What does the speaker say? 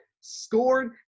scored